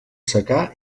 secà